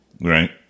Right